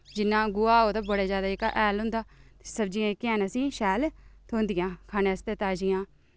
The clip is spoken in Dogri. जिन्ना गोहा होग ते बड़ा जैदा जेह्का हैल होंदा सब्जियां जेह्कियां हैन असे ईं शैल थ्होई जंदियां खाने आस्तै ताजियां